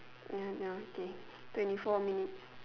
ya ya okay twenty four minutes